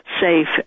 safe